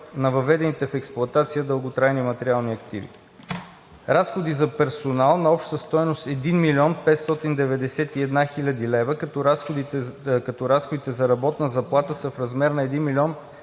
на въведените в експлоатация дълготрайни материални активи. Разходи за персонал на обща стойност 1 млн. 591 хил. лв., като разходите за работна заплата са в размер на 1 млн.